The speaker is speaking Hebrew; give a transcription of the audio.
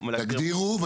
תגדירו.